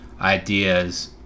ideas